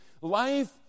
life